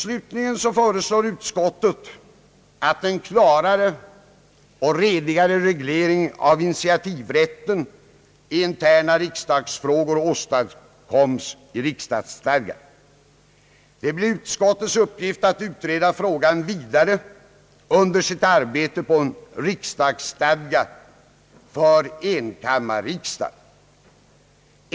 Slutligen föreslår utskottet att en klarare och redigare reglering av initiativrätten i interna riksdagsfrågor åstadkoms i riksdagsstadgan. Det blir utskottets uppgift att utreda frågan vidare under sitt arbete på en riksdagsstadga för enkammarriksdagen.